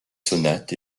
sonates